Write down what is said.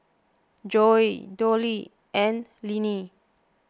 Zoie Doyle and Linnie